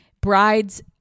Brides